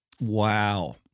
Wow